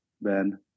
Ben